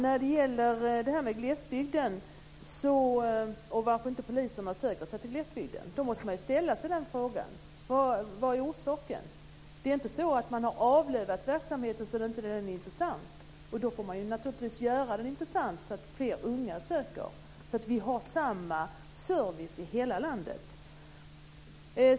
Fru talman! När poliser inte söker sig till glesbygden måste man ställa sig frågan: Vad är orsaken? Det är inte så att man har avlövat verksamheten så att den inte längre är intressant? Då får man naturligtvis göra den intressant så att fler unga söker sig dit och att vi får samma service i hela landet.